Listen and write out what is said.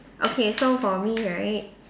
okay so for me right